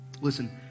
Listen